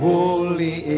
Holy